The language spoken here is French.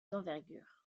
d’envergure